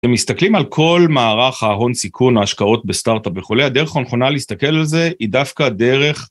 כשמסתכלים על כל מערך ההון סיכון, ההשקעות בסטארט-אפ וכו', הדרך הנכונה להסתכל על זה היא דווקא הדרך...